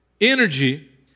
energy